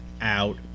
out